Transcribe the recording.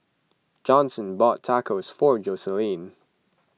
Johnson bought Tacos for Jocelyne